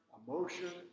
emotion